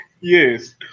Yes